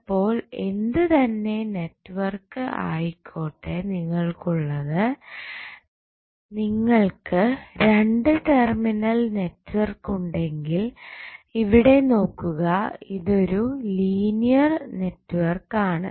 അപ്പോൾ എന്തു തന്നെ നെറ്റ്വർക്ക് ആയിക്കോട്ടെ നിങ്ങൾക്കുള്ളത് നിങ്ങൾക്ക് 2 ടെർമിനൽ നെറ്റ്വർക്ക് ഉണ്ടെങ്കിൽ ഇവിടെ നോക്കുക ഇതൊരു ലീനിയർ നെറ്റ്വർക്ക് ആണ്